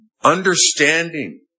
understanding